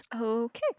Okay